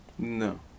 No